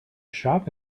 shop